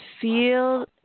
feel